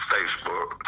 Facebook